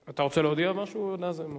אתה רוצה להודיע משהו, נאזם?